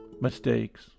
Mistakes